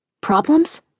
Problems